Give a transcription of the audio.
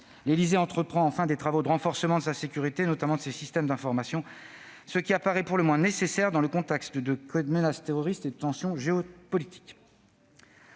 l'Élysée entreprend des travaux de renforcement de sa sécurité, notamment de ses systèmes d'information, ce qui apparaît pour le moins nécessaire dans le contexte de menace terroriste et de tensions géopolitiques